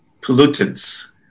pollutants